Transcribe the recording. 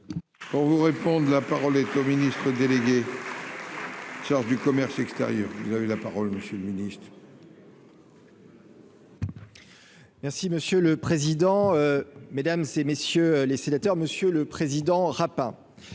Pour vous répondre, la parole est au Ministre délégué chargé du commerce extérieur, vous avez la parole monsieur le Ministre. Regardez. Merci monsieur le président, Mesdames et messieurs les sénateurs, Monsieur le Président Rapin,